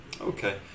okay